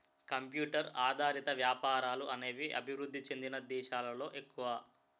computer ఆధారిత వ్యాపారాలు అనేవి అభివృద్ధి చెందిన దేశాలలో ఎక్కువ